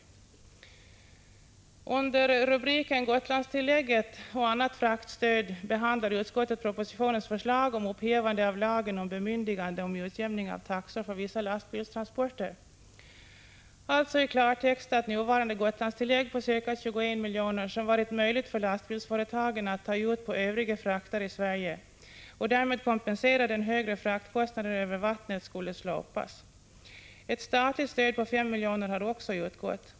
2 juni 1986 Under rubriken Gotlandstillägget och annat fraktstöd behandlar utskottet propositionens förslag om upphävande av lagen om bemyndigande om utjämning av taxor för vissa lastbilstransporter, alltså i klartext att nuvarande Gotlandstillägg på ca 21 miljoner, som lastbilsföretagen kunnat ta ut på övriga frakter i Sverige och därigenom kunnat kompensera sig för den högre fraktkostnaden över vattnet, skulle slopas. Ett statligt stöd på 5 miljoner har också utgått.